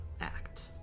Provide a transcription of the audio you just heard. act